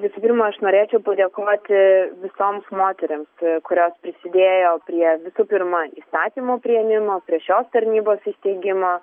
visų pirma aš norėčiau padėkoti visoms moterims kurios prisidėjo prie visų pirma įstatymo priėmimo prie šios tarnybos įsteigimo